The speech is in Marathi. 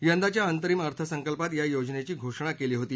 यंदाच्या अंतरिम अर्थसंकल्पात या योजनेची घोषणा केली होती